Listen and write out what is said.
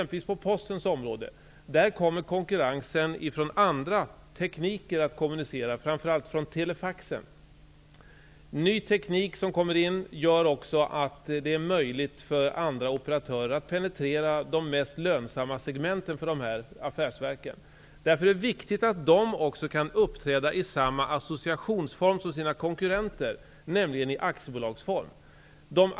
På Postens område kommer konkurrensen från andra tekniker att kommunicera, framför allt från telefaxen. Ny teknik som kommer gör det också möjligt för andra operatörer att penetrera de mest lönsamma segmenten för dessa affärsverk. Det är därför viktigt att också affärsverken kan uppträda i samma associationsform som sina konkurrenter, nämligen i aktiebolagsform.